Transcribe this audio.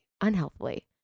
unhealthily